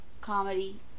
comedy